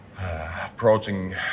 approaching